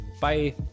Bye